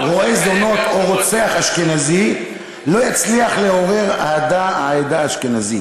רועה זונות או רוצח אשכנזי לא יצליח לעורר אהדה של העדה האשכנזית,